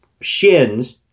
shins